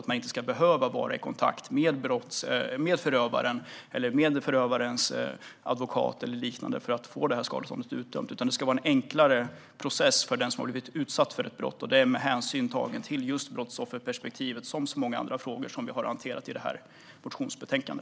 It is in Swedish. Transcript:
De ska inte behöva vara i kontakt med förövaren eller med förövarens advokat eller liknande för att få skadeståndet utbetalat, utan det ska vara en enklare process för den som har blivit utsatt för ett brott. Det är med hänsyn tagen till brottsofferperspektivet, liksom i så många andra frågor som vi har hanterat i detta motionsbetänkande.